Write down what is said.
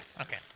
Okay